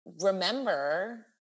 remember